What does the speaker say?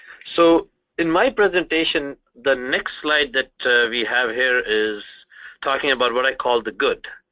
so in my presentation the next slide that we have here is talking about what i call the good,